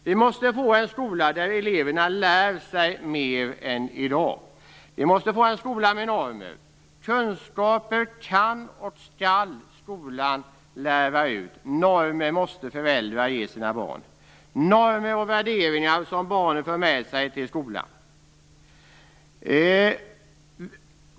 Vi måste få en skola där eleverna lär sig mer än i dag. Vi måste få en skola med normer. Kunskaper kan och skall skolan lära ut. Normer måste föräldrarna ge sina barn, så att barnen till skolan för med sig normer och värderingar.